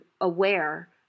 aware